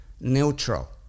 Neutral